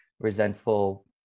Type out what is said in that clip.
resentful